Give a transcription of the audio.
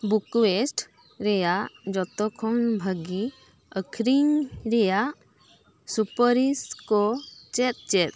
bouquets ᱨᱮᱭᱟᱜ ᱡᱚᱛᱚ ᱠᱷᱚᱱ ᱵᱷᱟᱜᱮ ᱟᱹᱠᱷᱨᱤᱧ ᱨᱮᱭᱟᱜ ᱥᱩᱯᱟᱹᱨᱤᱥ ᱠᱚ ᱪᱮᱫ ᱪᱮᱫ